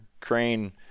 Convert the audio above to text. crane